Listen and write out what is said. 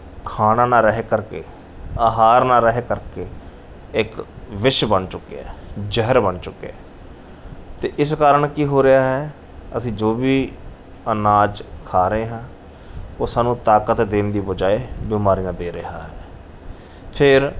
ਖਾਣਾ ਨਾ ਰਹਿ ਕਰਕੇ ਆਹਾਰ ਨਾ ਰਹਿ ਕਰਕੇ ਇੱਕ ਵਿਸ਼ ਬਣ ਚੁੱਕਿਆ ਜ਼ਹਿਰ ਬਣ ਚੁੱਕਿਆ ਅਤੇ ਇਸ ਕਾਰਨ ਕੀ ਹੋ ਰਿਹਾ ਹੈ ਅਸੀਂ ਜੋ ਵੀ ਅਨਾਜ ਖਾ ਰਹੇ ਹਾਂ ਉਹ ਸਾਨੂੰ ਤਾਕਤ ਦੇਣ ਦੀ ਬਜਾਏ ਬਿਮਾਰੀਆਂ ਦੇ ਰਿਹਾ ਹੈ ਫੇਰ